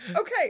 Okay